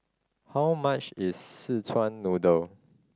how much is Szechuan Noodle